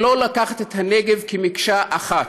ולא לקחת את הנגב כמקשה אחת.